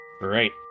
Right